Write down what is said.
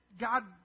God